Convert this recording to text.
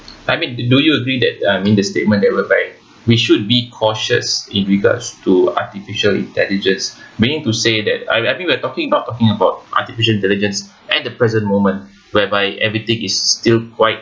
I mean do you agree that I mean the statement that whereby we should be cautious in regards to artificial intelligence meaning to say that I I think we're talking about talking about artificial intelligence at the present moment whereby everything is still quite